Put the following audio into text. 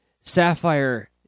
Sapphire